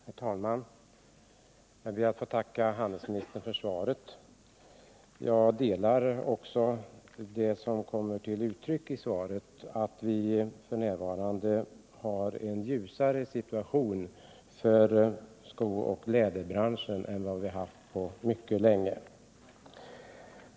Herr talman! Jag ber att få tacka handelsministern för svaret. Jag delar också den bedömning som kommer till uttryck i svaret — att vi f. n. har en ljusare situation för skooch läderbranschen än vi haft på mycket länge.